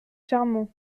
charmant